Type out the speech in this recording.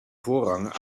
voorrang